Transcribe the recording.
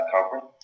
conference